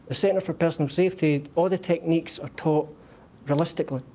so and for personal safety all the techniques are taught realistically,